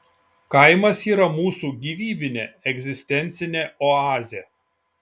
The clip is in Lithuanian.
kaimas yra mūsų gyvybinė egzistencinė oazė